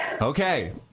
Okay